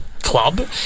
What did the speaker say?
club